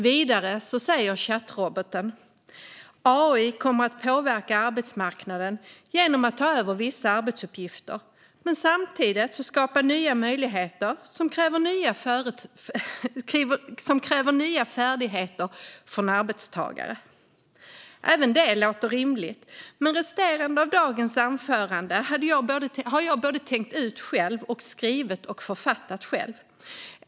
Vidare säger chatroboten: AI kommer att påverka arbetsmarknaden genom att ta över vissa arbetsuppgifter men samtidigt skapa nya möjligheter som kräver nya färdigheter från arbetstagare. Även det låter rimligt. Men resten av detta anförande har jag både tänkt ut och författat själv.